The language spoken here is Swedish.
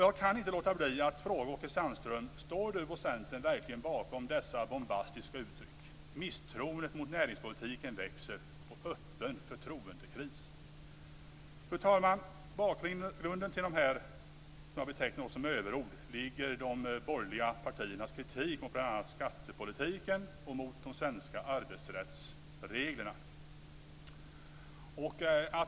Jag kan inte låta bli att fråga Åke Sandström: Står Åke Sandström och Centern verkligen bakom dessa bombastiska uttryck "misstroendet mot näringspolitiken växer" och "öppen förtroendekris"? Fru talman! Bakgrunden till vad jag betecknar som överord är de borgerliga partiernas kritik mot bl.a. skattepolitiken och de svenska arbetsrättsreglerna.